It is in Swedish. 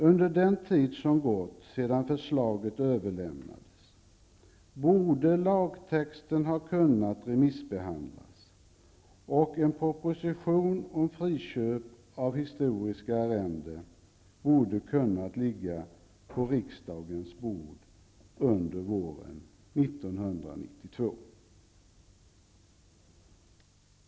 Under den tid som gått sedan förslaget överlämnades borde lagtexten ha kunnat remissbehandlas, och en proposition om friköp av historiska arrenden borde ha kunnat ligga på riksdagens bord under våren 1992.